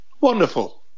Wonderful